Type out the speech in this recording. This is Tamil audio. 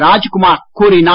ராஜ்குமார் கூறினார்